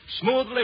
Smoothly